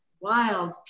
wild